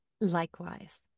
Likewise